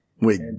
Wait